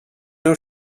know